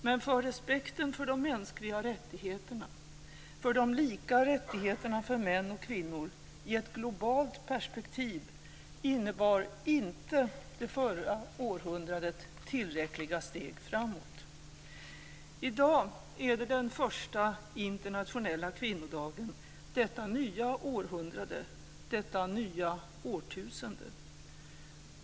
Men för respekten för de mänskliga rättigheterna, för de lika rättigheterna för män och kvinnor, i ett globalt perspektiv, innebar inte det förra århundradet tillräckliga steg framåt. I dag är det den första internationella kvinnodagen detta nya århundrade, detta nya årtusende.